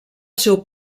seu